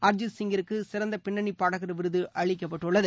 அர்ஜித் சிங்கிற்கு சிறந்த பின்னணி பாடகர் விருது அளிக்கப்பட்டுள்ளது